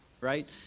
right